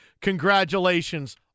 congratulations